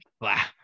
Wow